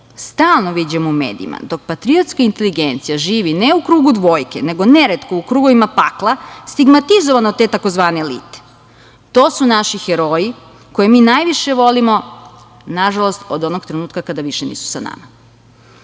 stalno viđamo u medijima, dok patriotska inteligencija živi ne u krugu dvojke, nego neretko u krugovima pakla stigmatizovano od te tzv. elite. To su naši heroji koje mi najviše volimo, nažalost, od onog trenutka kada više nisu sa nama. Vi